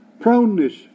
proneness